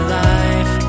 life